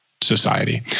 society